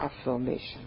affirmation